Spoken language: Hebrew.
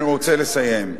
אני רוצה לסיים.